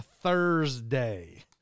Thursday